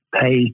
pay